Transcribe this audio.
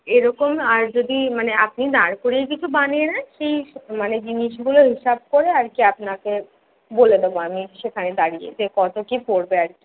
এরকম আর যদি মানে আপনি নারকেলের কিছু বানিয়ে নেন সেই মানে জিনিসগুলো হিসাব করে আর কি আপনাকে বলে দেব আমি সেখানে দাঁড়িয়ে যে কত কী পড়বে আর কি